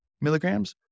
milligrams